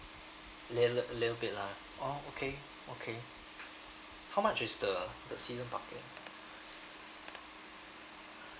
lil~ a little bit ah oh okay okay how much is the the the season parking